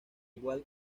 igual